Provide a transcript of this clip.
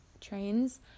trains